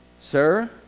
Sir